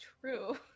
true